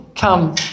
come